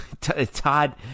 Todd